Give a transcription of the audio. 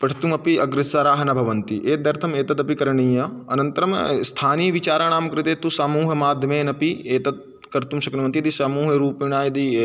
पठितुम् अपि अग्रेसराः न भवन्ति एतदर्थम् एतदपि करणीयम् अनन्तरं स्थानीयविचाराणां कृते तु समूहमाध्यमेन अपि एतद् कर्तुं शक्नुवन्ति यदि समूहरूपेण यदि